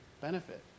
benefit